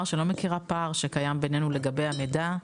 שאני לא מכירה פער שקיים בינינו לגבי המידע,